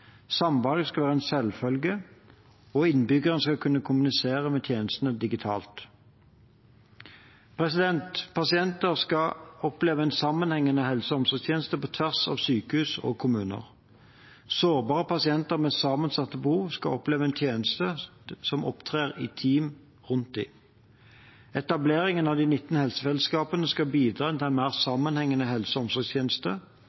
Samvalg skal være en selvfølge, og innbyggerne skal kunne kommunisere med tjenestene digitalt. Pasienter skal oppleve en sammenhengende helse- og omsorgstjeneste på tvers av sykehus og kommuner. Sårbare pasienter med sammensatte behov skal oppleve en tjeneste som opptrer i team rundt dem. Etableringen av de 19 helsefellesskapene skal bidra til en mer